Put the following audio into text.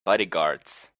bodyguards